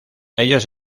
ellos